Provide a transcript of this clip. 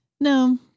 No